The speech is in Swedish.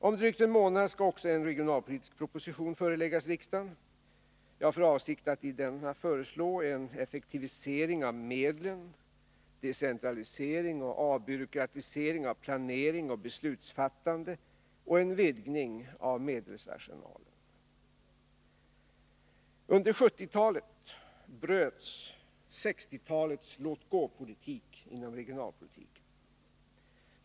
Om drygt en månad skall också en regionalpolitisk proposition föreläggas riksdagen. Jag har för avsikt att i denna föreslå en effektivisering av medlen, decentralisering och avbyråkratisering av planering och beslutsfattande och en vidgning av medelsarsenalen. Under 1970-talet bröts 1960-talets låtgåpolitik inom regionalpolitiken.